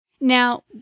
Now